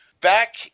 Back